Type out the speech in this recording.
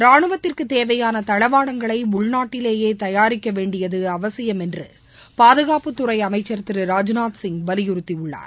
ராணுவத்துக்குத் தேவையான தளவாடங்களை உள்நாட்டிலேயே தயாரிக்க வேண்டியது அவசியம் என்று பாதுகாப்புத்துறை அமைச்சர் திரு ராஜ்நாத்சிங் வலியுறுத்தியுள்ளார்